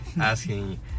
asking